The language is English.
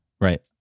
right